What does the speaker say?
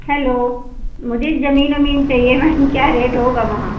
hello मुझे जमीन वमीन चाहिए क्या रेट होगा वहाँ